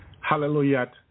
hallelujah